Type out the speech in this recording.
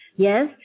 Yes